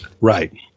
Right